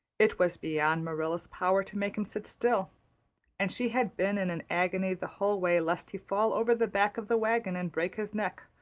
it was beyond marilla's power to make him sit still and she had been in an agony the whole way lest he fall over the back of the wagon and break his neck,